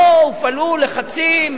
לא הופעלו לחצים